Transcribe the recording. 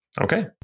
Okay